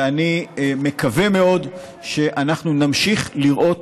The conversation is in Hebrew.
ואני מקווה מאוד שאנחנו נמשיך לראות